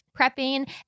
prepping